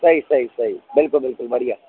सही सही सही बिल्कुल बिल्कुल बढ़िया